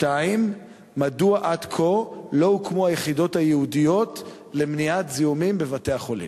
2. מדוע לא הוקמו עד כה היחידות הייעודיות למניעת זיהומים בבתי-החולים?